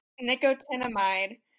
nicotinamide